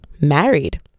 married